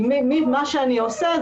כי מה שאני עושה,